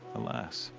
alas.